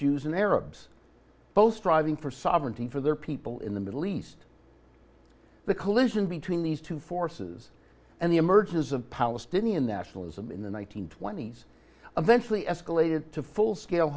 jews and arabs both striving for sovereignty for their people in the middle east the collision between these two forces and the emergence of palestinian nationalism in the one nine hundred twenty s eventually escalated to full scale